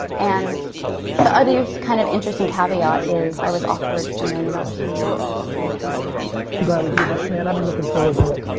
and the other kind of interesting caveat is i was offered a million dollar signing bonus and i turned it down. i'm glad we do this, man. i've been looking forward to it.